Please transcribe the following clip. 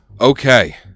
Okay